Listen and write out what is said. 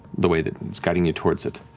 the way that it's guiding you towards it.